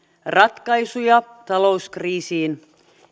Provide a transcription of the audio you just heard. ratkaisuja talouskriisiin